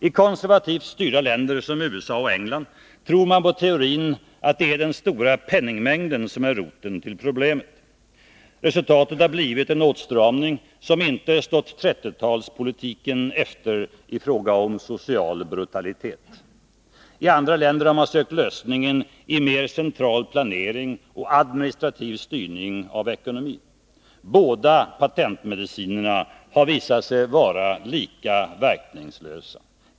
I konservativt styrda länder som USA och England tror man på teorin att det är den stora penningmängden som är roten till problemen. Resultatet har blivit en åtstramning som inte stått 30-talspolitiken efter i fråga om social brutalitet. I andra länder har man sökt lösningen i en mer central planering och administrativ styrning av ekonomin. Båda patentmedicinerna har visat sig vara lika verkningslösa.